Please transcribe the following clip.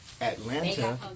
atlanta